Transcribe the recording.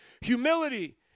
Humility